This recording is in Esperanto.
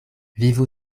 vivu